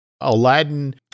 Aladdin